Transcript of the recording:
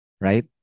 right